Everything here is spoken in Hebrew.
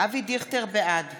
בעד